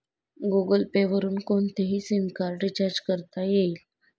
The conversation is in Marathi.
गुगलपे वरुन कोणतेही सिमकार्ड रिचार्ज करता येईल